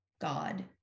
God